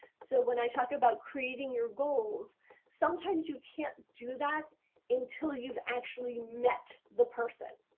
so when i talk about creating your goals sometimes you can't do that until you have actually met the person.